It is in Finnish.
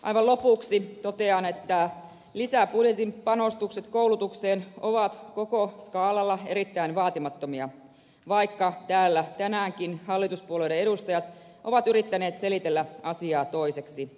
aivan lopuksi totean että lisäbudjetin panostukset koulutukseen ovat koko skaalalla erittäin vaatimattomia vaikka täällä tänäänkin hallituspuolueiden edustajat ovat yrittäneet selitellä asiaa toiseksi